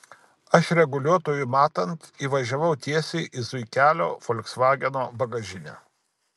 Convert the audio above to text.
aš reguliuotojui matant įvažiavau tiesiai į zuikelio folksvageno bagažinę